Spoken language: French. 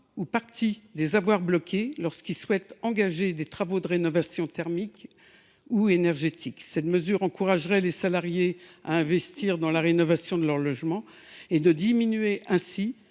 ou partie des avoirs bloqués lorsque les salariés souhaitent engager des travaux de rénovation thermique ou énergétique. Cette mesure inciterait les intéressés à investir dans la rénovation de leur logement et à diminuer ainsi